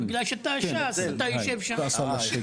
אבל בגלל שאתה מש"ס אז אתה יושב שם.